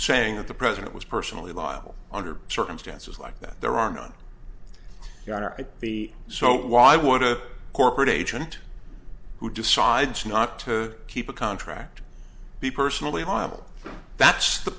saying that the president was personally liable under circumstances like that there are none of the so why would a corporate agent who decides not to keep a contract be personally a model that's the